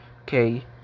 Okay